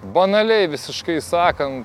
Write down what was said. banaliai visiškai sakan